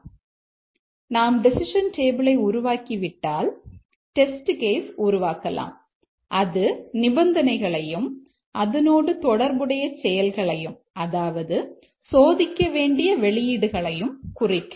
ஆனால் நாம் டெசிஷன் டேபிளை உருவாக்கலாம் அது நிபந்தனைகளையும் அதனோடு தொடர்புடைய செயல்களையும் அதாவது சோதிக்க வேண்டிய வெளியீடுகளையும் குறிக்கும்